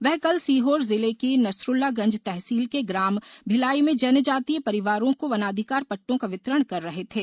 वे कल सीहोर जिले की नसरूल्लागंज तहसील के ग्राम भिलाई में जनजातीय परिवारों को वनाधिकार पट्टों का वितरण कर रहे थे